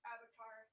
Avatar